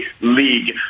league